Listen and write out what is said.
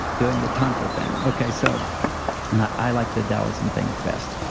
doing the tantra thing. okay, so and i i like the taoism thing the best,